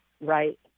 right